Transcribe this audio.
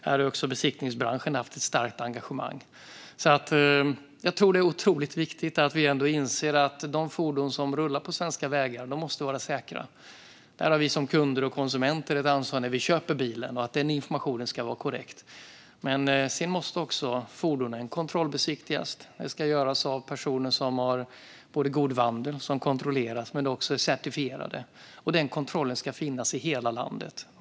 Här har också besiktningsbranschen haft ett starkt engagemang. Jag tror att det är otroligt viktigt att vi inser att de fordon som rullar på svenska vägar måste vara säkra. Där har vi som kunder och konsumenter ett ansvar när vi köper bilen; denna information ska vara korrekt. Men sedan måste fordonen också kontrollbesiktigas. Detta ska göras av personer som har god vandel, som kontrolleras och som är certifierade. Denna kontroll ska finnas i hela landet.